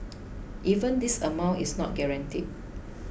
even this amount is not guaranteed